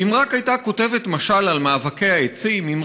אם רק הייתה כותבת משל / על מאבקי העצים / אם